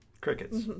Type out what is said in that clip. crickets